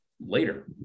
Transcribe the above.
later